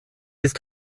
ist